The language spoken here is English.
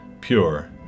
pure